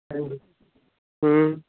ਹਾਂਜੀ